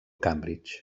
cambridge